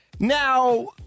Now